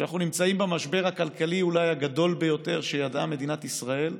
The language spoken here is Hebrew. שאנחנו נמצאים במשבר הכלכלי אולי הגדול ביותר שידעה מדינת ישראל,